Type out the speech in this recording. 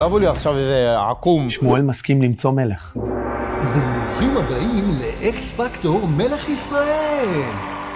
הבו לי עכשיו איזה עכו"ם. שמואל מסכים למצוא מלך. ברוכים הבאים ל-X-Factor מלך ישראל!